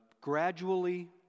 gradually